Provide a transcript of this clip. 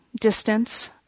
distance